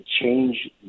change